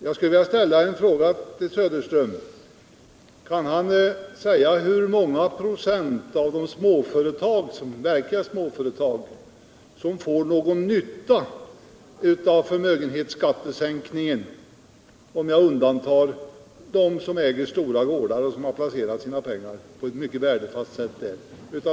Men kan herr Söderström säga hur många procent verkliga småföretag som får någon nytta av förmögenhetsskattesänkningen, om jag undantar dem som äger stora gårdar och har placerat sina pengar på ett värdefast sätt där?